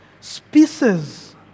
species